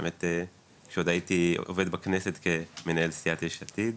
באמת כשעוד הייתי עובד בכנסת כמנהל סיעת יש עתיד.